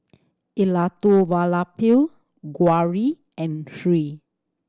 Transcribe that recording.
Elattuvalapil Gauri and Hri